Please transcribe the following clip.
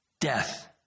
Death